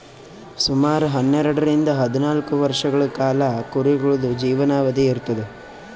ಸುಮಾರ್ ಹನ್ನೆರಡರಿಂದ್ ಹದ್ನಾಲ್ಕ್ ವರ್ಷಗಳ್ ಕಾಲಾ ಕುರಿಗಳ್ದು ಜೀವನಾವಧಿ ಇರ್ತದ್